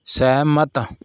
ਸਹਿਮਤ